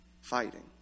fighting